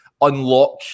unlock